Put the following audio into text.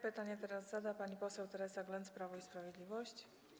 Pytanie teraz zada pani poseł Teresa Glenc, Prawo i Sprawiedliwość.